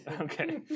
Okay